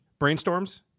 brainstorms